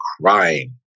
crying